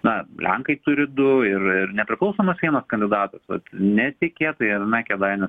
na lenkai turi du ir ir nepriklausomas vienas kandidatas vat netikėtai viename kėdainių